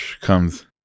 comes